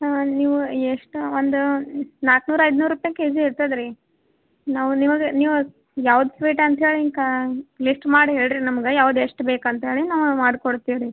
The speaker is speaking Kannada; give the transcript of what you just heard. ಹಾಂ ನೀವು ಎಷ್ಟು ಒಂದು ನಾನೂರು ಐನೂರು ರೂಪಾಯಿ ಕೆಜಿ ಇರ್ತದೆ ರೀ ನಾವು ನಿಮಗೆ ನೀವು ಯಾವ್ದು ಸ್ವೀಟ್ ಅಂತ ಹೇಳಿ ಇಂಕಾ ಲಿಸ್ಟ್ ಮಾಡಿ ಹೇಳಿರಿ ನಮ್ಗೆ ಯಾವ್ದು ಎಷ್ಟು ಬೇಕು ಅಂತ ಹೇಳಿ ನಾವು ಮಾಡಿ ಕೊಡ್ತಿವಿ ರೀ